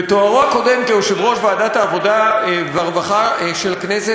בתוארו הקודם כיושב-ראש ועדת העבודה והרווחה של הכנסת